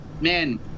man